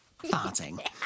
farting